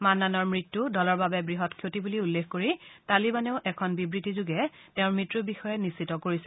মান্নানৰ মৃত্যু দলৰ বাবে বৃহৎ ক্ষতি বুলি উল্লেখ কৰি তালিবানেও এখন বিবৃতিযোগে তেওঁৰ মৃত্যূৰ বিষয়ে নিশ্চিত কৰিছে